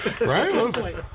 Right